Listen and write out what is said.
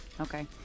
okay